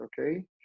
Okay